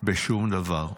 בשום דבר.